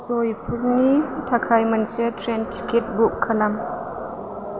जयपुरनि थाखाय मोनसे train ticket book खालाम